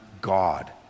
God